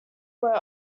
were